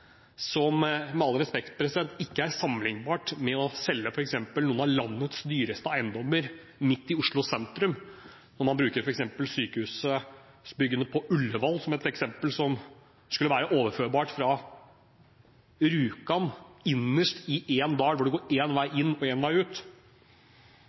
som – med all respekt – ikke er sammenlignbart med å selge f.eks. noen av landets dyreste eiendommer midt i Oslo sentrum. Når man bruker sykehusbyggene på Ullevål som et eksempel som skulle være overførbart til Rjukan, innerst i en dal hvor det går én vei